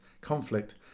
conflict